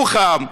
ירוחם,